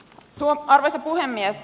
arvoisa puhemies